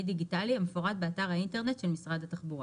דיגיטלי המפורט באתר האינטרנט של משרד התחבורה,